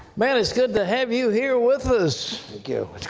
man, it's good to have you here with us. thank you. it's